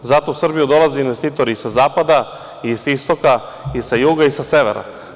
Zato u Srbiju dolaze investitori i sa zapada i sa istoka i sa juga i sa severa.